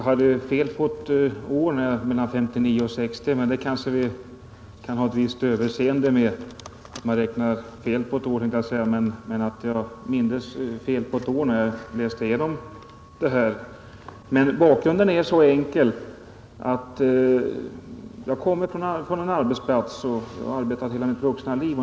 Herr talman! Jag är nöjd med beskedet, och det sade jag. Att jag mindes fel på ett år och sade 1959 i stället för 1960 kanske man kan ha överseende med. Men bakgrunden är ganska enkel. Jag kommer från en arbetsplats, och jag har arbetat hela mitt vuxna liv.